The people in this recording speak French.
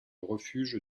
refuge